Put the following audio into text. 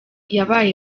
yabaye